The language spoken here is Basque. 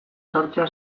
sartzea